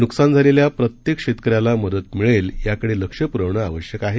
नुकसान झालेल्या प्रत्येक शेतकऱ्याला मदत मिळेल याकडे लक्ष पुरवणं आवश्यक आहे